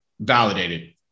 validated